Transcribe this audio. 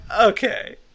okay